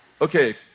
Okay